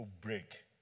break